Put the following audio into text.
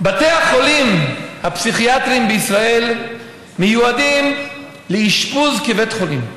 בתי החולים הפסיכיאטריים בישראל מיועדים לאשפוז כבית חולים.